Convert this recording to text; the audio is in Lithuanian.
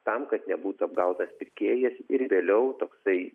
tam kad nebūtų apgautas pirkėjas ir vėliau toksai